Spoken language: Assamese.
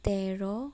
তেৰ